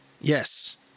Yes